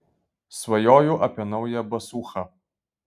svajoju apie naują basūchą